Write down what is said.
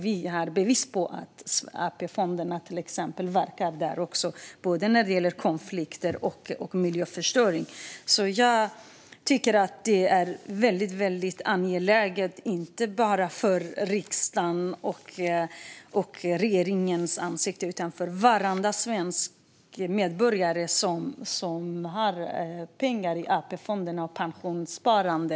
Vi har bevis på att exempelvis AP-fonderna påverkar även där, både när det gäller konflikter och när det gäller miljöförstöring. Jag tycker alltså att det är angeläget, inte bara för att rädda riksdagens och regeringens ansikte utan för varenda svensk medborgare som har pengar i AP-fondernas pensionssparande.